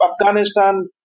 Afghanistan